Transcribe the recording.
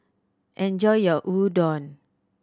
enjoy your Udon